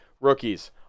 rookies